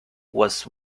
was